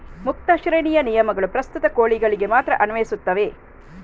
ಮುಕ್ತ ಶ್ರೇಣಿಯ ನಿಯಮಗಳು ಪ್ರಸ್ತುತ ಕೋಳಿಗಳಿಗೆ ಮಾತ್ರ ಅನ್ವಯಿಸುತ್ತವೆ